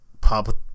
pop